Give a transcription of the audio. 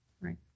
Right